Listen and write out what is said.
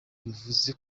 bivuze